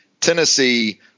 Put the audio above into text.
Tennessee